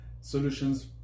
solutions